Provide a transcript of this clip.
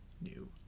new